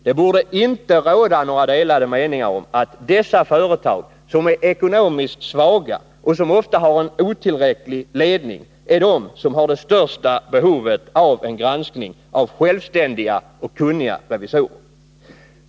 Det borde inte råda några delade meningar om att dessa företag, som är ekonomiskt svaga och som ofta har en otillräcklig ledning, är de som har det största behovet av en granskning av självständiga och kunniga revisorer.